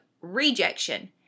rejection